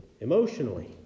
emotionally